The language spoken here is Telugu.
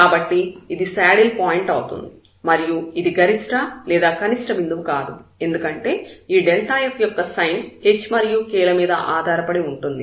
కాబట్టి ఇది శాడిల్ పాయింట్ అవుతుంది మరియు ఇది గరిష్ట లేదా కనిష్ట బిందువు కాదు ఎందుకంటే ఈ f యొక్క సైన్ h మరియు k ల మీద ఆధారపడి ఉంటుంది